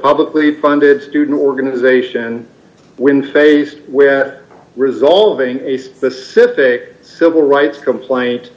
funded student organization when faced where resolving a specific civil rights complaint